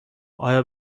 آیا